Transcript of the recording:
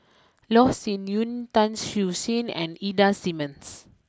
Loh Sin Yun Tan Siew Sin and Ida Simmons